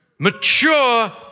mature